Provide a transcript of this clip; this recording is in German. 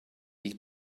die